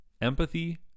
empathy